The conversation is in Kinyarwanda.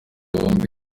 wumve